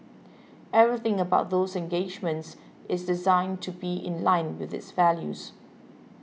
everything about those engagements is designed to be in line with its values